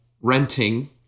renting